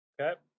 Okay